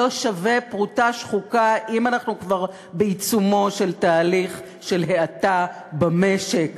לא שווה פרוטה שחוקה אם אנחנו כבר בעיצומו של תהליך של האטה במשק.